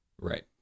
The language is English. right